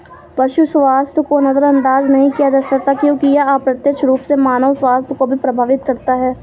पशु स्वास्थ्य को नजरअंदाज नहीं किया जा सकता क्योंकि यह अप्रत्यक्ष रूप से मानव स्वास्थ्य को भी प्रभावित करता है